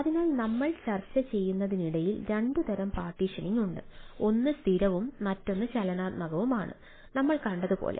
അതിനാൽ നമ്മൾ ചർച്ച ചെയ്യുന്നതിനിടയിൽ രണ്ട് തരം പാർട്ടീഷനിംഗ് ഉണ്ട് ഒന്ന് സ്ഥിരവും മറ്റൊന്ന് ചലനാത്മകവുമാണ് നമ്മൾ കണ്ടതുപോലെ